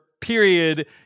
period